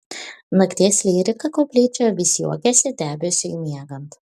nakties lyrika koplyčioje vis juokėsi debesiui miegant